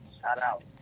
shout-out